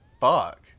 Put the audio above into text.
fuck